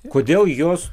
kodėl jos